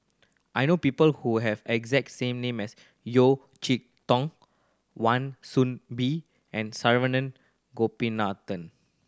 I know people who have exact same name as Yeo Tong Wan Soon Bee and Saravanan Gopinathan